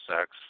sex